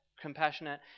compassionate